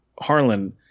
Harlan